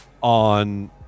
on